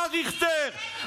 מר ריכטר,